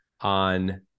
on